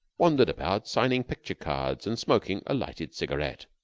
wandered about signing picture cards and smoking a lighted cigaret,